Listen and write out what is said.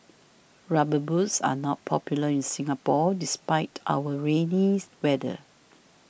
rubber boots are not popular in Singapore despite our rainy weather